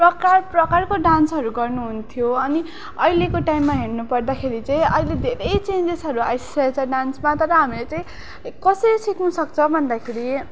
प्रकार प्रपकारको डान्सहरू गर्नुहुन्थ्यो अनि अहिलेको टाइममा हेर्नु पर्दाखेरि चाहिँ अहिले धेरै चेन्जेसहरू आइसकेको छ डान्समा तर हामीले चाहिँ कसरी सिक्नु सक्छ भन्दाखेरि